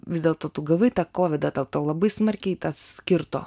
vis dėlto tu gavai tą kovidą tau tau labai smarkiai tas kirto